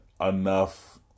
enough